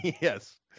Yes